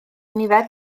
nifer